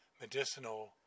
medicinal